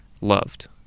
loved